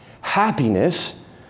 happiness